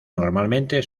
normalmente